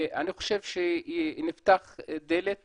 אני חושב שנפתחה דלת